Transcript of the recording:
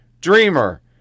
dreamer